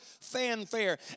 fanfare